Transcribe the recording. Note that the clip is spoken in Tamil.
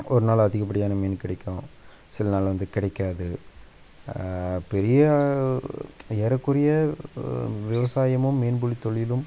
ஒரு நாள் அதிகப்படியான மீன் கிடைக்கும் சில நாள் வந்து கிடைக்காது பெரிய ஏறக்குறைய விவசாயமும் மீன் பிடித் தொழிலும்